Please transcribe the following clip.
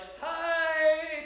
Hi